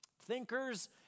Thinkers